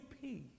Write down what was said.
peace